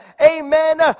amen